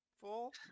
full